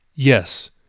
Yes